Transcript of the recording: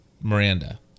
Miranda